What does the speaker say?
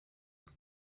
bwe